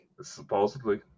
Supposedly